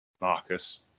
Marcus